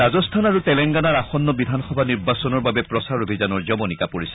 ৰাজস্থান আৰু তেলেংগানাৰ আসন্ন বিধানসভা নিৰ্বাচনৰ বাবে প্ৰচাৰ অভিযানৰ যৱনিকা পৰিছে